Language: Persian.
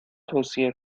توصیه